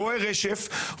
רואה רשף,